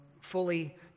fully